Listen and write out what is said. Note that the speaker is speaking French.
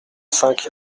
cinq